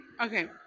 okay